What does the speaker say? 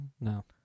no